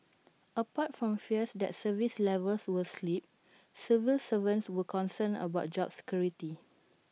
apart from fears that service levels would slip civil servants were concerned about job security